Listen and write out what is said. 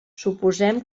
suposem